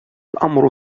الأمر